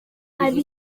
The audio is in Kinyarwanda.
ari